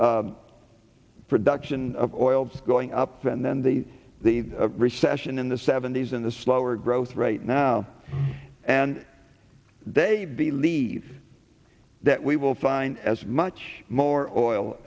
production of oil going up and then the the recession in the seventy's and the slower growth right now and they believe that we will find as much more oil